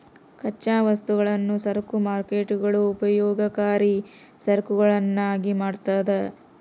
ಕಚ್ಚಾ ವಸ್ತುಗಳನ್ನು ಸರಕು ಮಾರ್ಕೇಟ್ಗುಳು ಉಪಯೋಗಕರಿ ಸರಕುಗಳನ್ನಾಗಿ ಮಾಡ್ತದ